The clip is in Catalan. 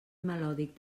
melòdic